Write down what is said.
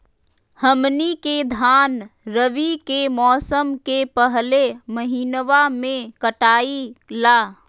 हमनी के धान रवि के मौसम के पहले महिनवा में कटाई ला